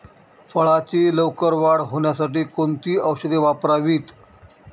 फळाची लवकर वाढ होण्यासाठी कोणती औषधे वापरावीत?